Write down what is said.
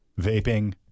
vaping